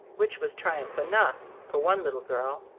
which was triumph enough for one little girl.